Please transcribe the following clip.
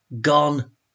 gone